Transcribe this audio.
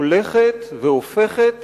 הולכת והופכת